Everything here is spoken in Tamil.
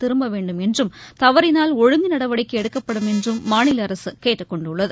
திரும்பவேண்டும் என்றும்தவறினால் ஒழுங்கு நடவடிக்கை எடுக்கப்படும் என்றும் மாநில அரசு கேட்டுக்கொண்டுள்ளது